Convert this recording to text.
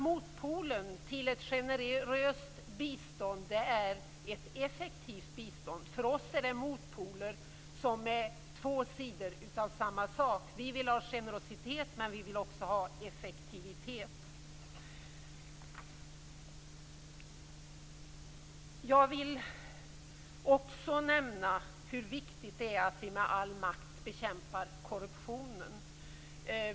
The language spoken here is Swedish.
Motpolen till ett generöst bistånd är ett effektivt bistånd. För oss är det motpoler som är två sidor av samma sak. Vi vill ha generositet, men vi vill också ha effektivitet. Jag vill också nämna hur viktigt det är att vi med all makt bekämpar korruptionen.